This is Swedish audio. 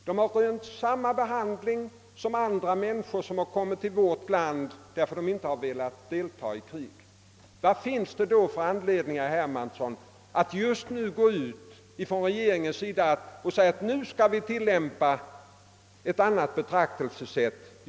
De har rönt samma behandling som andra människor som har kommit till vårt land för att de inte velat delta i krig. Vad finns det, herr Hermansson, för anledning för regeringen att säga att vi nu skall tillämpa ett annat betraktelsesätt?